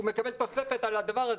הוא מקבל תוספת על הדבר הזה.